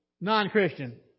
non-Christian